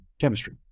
chemistry